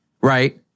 right